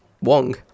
Wong